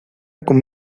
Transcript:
con